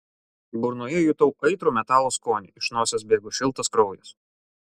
burnoje jutau aitrų metalo skonį iš nosies bėgo šiltas kraujas